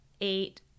eight